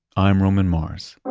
i'm roman mars